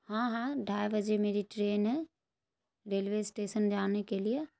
ہاں ہاں ڈھائی بجے میری ٹرین ہے ریلوے اسٹیسن جانے کے لیے